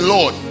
Lord